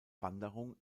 wanderung